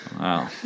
Wow